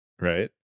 right